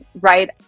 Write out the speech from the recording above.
Right